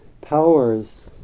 powers